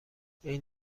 این